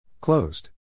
Closed